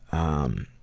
um,